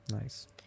Nice